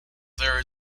there